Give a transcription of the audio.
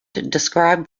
described